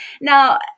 now